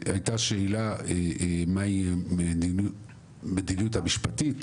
הייתה שאלה מהי המדיניות המשפטית?